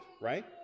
right